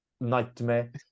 nightmare